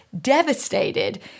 devastated